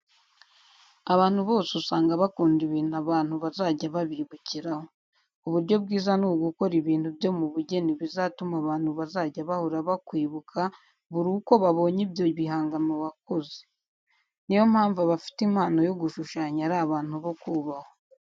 Abantu bose usanga bakunda ibintu abantu bazajya babibukiraho. Uburyo bwiza ni ugukora ibintu byo mu bugeni bizatuma abantu bazajya bahora bakwibuka buri uko babonye ibyo bihangano wakoze. Niyo mpamvu abafite impano yo gushushanya ari abantu bo kubahwa.